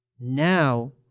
Now